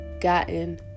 gotten